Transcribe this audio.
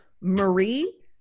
Marie